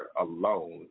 alone